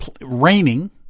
raining